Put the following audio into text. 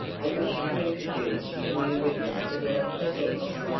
i wish to introduce a new witness for the defense,